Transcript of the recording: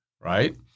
right